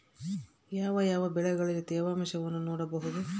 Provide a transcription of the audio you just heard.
ಯಾವ ಯಾವ ಬೆಳೆಗಳಲ್ಲಿ ತೇವಾಂಶವನ್ನು ನೋಡಬಹುದು?